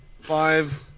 five